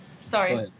Sorry